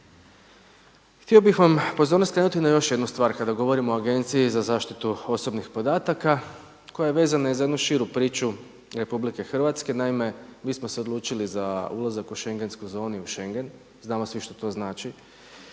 Htio bih vam pozornost skrenuti na još jednu stvar, kada govorimo o Agenciji za zaštitu osobnih podataka koja je vezana i za jednu širu priču RH, naime, mi smo se odlučili za ulazak u šengensku zonu i u Schengen, znamo svi što to znači